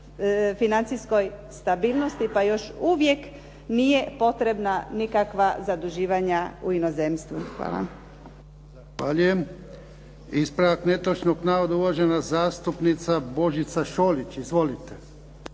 financijskoj stabilnosti pa još uvijek nije potrebna nikakva zaduživanja u inozemstvu. Hvala. **Jarnjak, Ivan (HDZ)** Zahvaljujem. Ispravak netočnog navoda, uvažena zastupnica Božica Šolić. Izvolite.